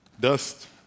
Dust